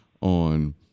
on